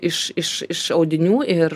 iš iš audinių ir